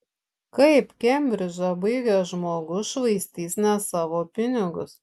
kaip kembridžą baigęs žmogus švaistys ne savo pinigus